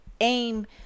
aim